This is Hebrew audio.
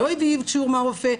לא הביא אישור מהרופא,